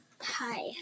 Hi